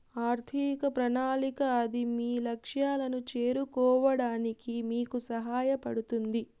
ఆర్థిక ప్రణాళిక అది మీ లక్ష్యాలను చేరుకోవడానికి మీకు సహాయపడుతుంది